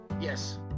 Yes